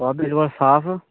बिल्कुल साफ